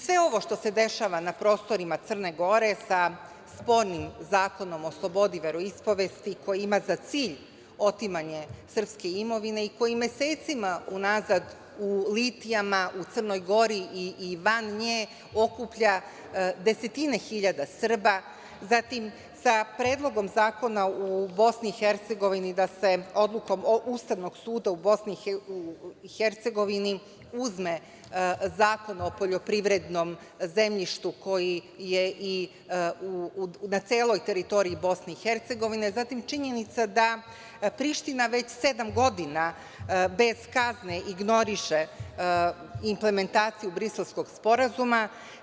Sve ovo što se dešava na prostorima Crne Gore sa spornim Zakonom o slobodi veroispovesti ima za cilj otimanje srpske imovine i koji mesecima unazad u litijama u Crnoj Gori i van nje okuplja desetine hiljada Srba, zatim sa Predlogom zakona u BiH da se odlukom Ustavnog suda u BiH uzme Zakon o poljoprivrednom zemljištu na celoj teritoriji BiH, zatim i činjenica da Priština već sedam godina bez kazne ignoriše implementaciju Briselskog sporazuma.